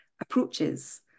approaches